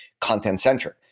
content-centric